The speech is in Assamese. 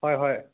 হয় হয়